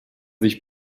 sich